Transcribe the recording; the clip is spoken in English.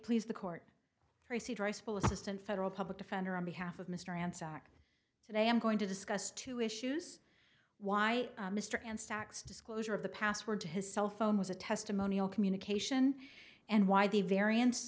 please the court tracy dry spell assistant federal public defender on behalf of mr ransack today i am going to discuss two issues why mr and stacks disclosure of the password to his cell phone was a testimonial communication and why the variance